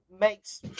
makes